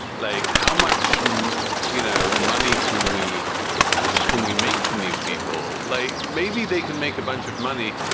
like, how much you know money can we can we make from these people? like maybe they can make a bunch of money.